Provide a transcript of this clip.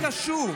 מה זה קשור?